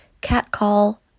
catcall